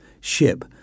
ship